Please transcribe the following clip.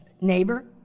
neighbor